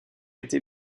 été